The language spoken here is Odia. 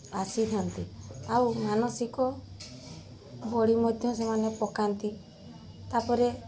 ଆସିଥାନ୍ତି ଆଉ ମାନସିକ ବଳି ମଧ୍ୟ ସେମାନେ ପକାନ୍ତି ତା'ପରେ